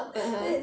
(uh huh)